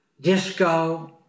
Disco